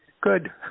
Good